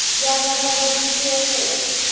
व्याजाचा दर किती असेल?